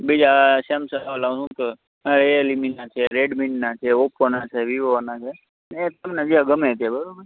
બીજા સેમસંગ ઓલા હું કે રીઅલ મીના છે રેડમીના છે ઓપ્પોના છે વિવોના છે એ તમને જે ગમે એ બરોબર